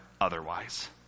otherwise